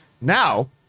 now